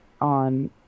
on